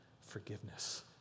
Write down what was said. Forgiveness